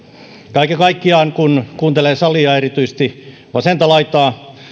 kaiken kaikkiaan kun kuuntelen salia erityisesti vasenta laitaa